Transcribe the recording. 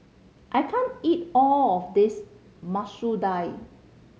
I can't eat all of this Masoor Dal